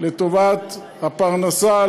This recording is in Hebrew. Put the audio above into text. לטובת הפרנסה,